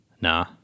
Nah